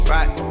Right